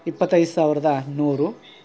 ಇಪ್ಪತೈದು ಸಾವಿರದ ನೂರು